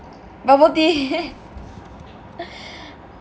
food bubble tea